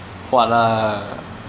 what lah